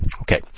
Okay